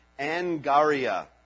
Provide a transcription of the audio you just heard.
Angaria